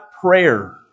prayer